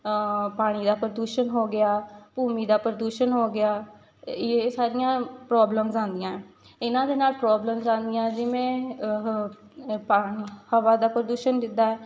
ਪਾਣੀ ਦਾ ਪਦੂਸ਼ਣ ਹੋ ਗਿਆ ਭੂਮੀ ਦਾ ਪ੍ਰਦੂਸ਼ਣ ਹੋ ਗਿਆ ਇਹ ਯੇ ਸਾਰੀਆਂ ਪ੍ਰੋਬਲਮਜ਼ ਆਉਂਦੀਆਂ ਇਹਨਾਂ ਦੇ ਨਾਲ ਪ੍ਰੋਬਲਮਜ਼ ਆਉਂਦੀਆਂ ਜਿਵੇਂ ਪਾਣ ਹਵਾ ਦਾ ਪ੍ਰਦੂਸ਼ਣ ਜਿੱਦਾਂ